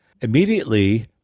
Immediately